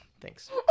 Thanks